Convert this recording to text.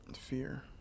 Fear